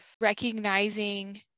recognizing